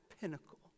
pinnacle